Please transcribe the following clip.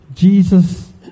Jesus